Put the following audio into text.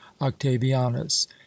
Octavianus